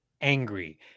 angry